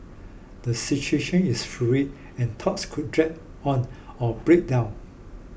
the situation is fluid and talks could drag on or break down